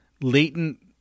latent